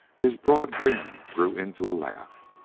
his broad grin grew into a laugh.